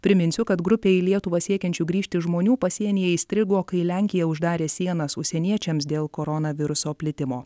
priminsiu kad grupė į lietuvą siekiančių grįžti žmonių pasienyje įstrigo kai lenkija uždarė sienas užsieniečiams dėl koronaviruso plitimo